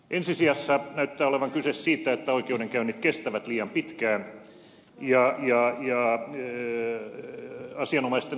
ensi sijassa näyttää olevan kyse siitä että oikeudenkäynnit kestävät liian pitkään ja asianomaisten oikeusturva vaarantuu